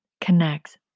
connects